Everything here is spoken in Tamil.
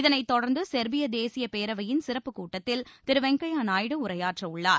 இதனைத் தொடர்ந்து செர்பிய தேசிய பேரவையின் சிறப்புக் கூட்டத்தில் திருவெங்கையா நாயுடு உரையாற்றவுள்ளார்